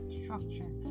structure